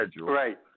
Right